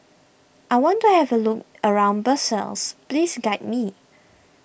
I want to have a look around Brussels please guide me